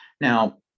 Now